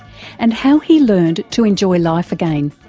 and how he learned to enjoy life again.